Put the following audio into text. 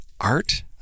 art